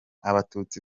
abatutsi